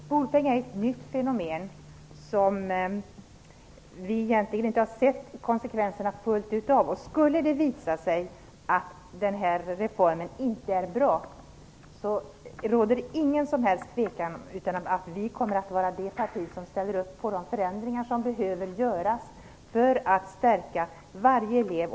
Herr talman! Skolpeng är ett nytt fenomen som vi inte fullt ut har sett konsekvenserna av. Skulle det visa sig att den reformen inte är bra kommer vårt parti att ställa upp på de förändringar som behöver göras för att stärka varje elev.